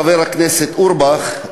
חבר הכנסת אורבך,